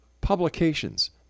publications